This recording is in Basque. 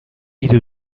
hiru